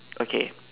okay